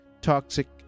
Toxic